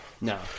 No